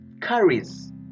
carries